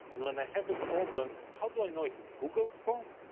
and when they have a problem, how do i know if it's google's fault,